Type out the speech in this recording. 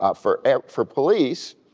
ah for for police,